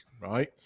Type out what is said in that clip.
right